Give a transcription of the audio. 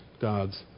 God's